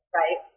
right